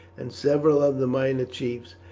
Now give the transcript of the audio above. and several of the minor chiefs,